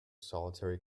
solitary